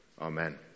Amen